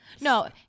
No